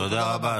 תודה רבה.